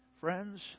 friends